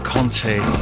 Conte